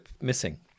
missing